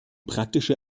praktische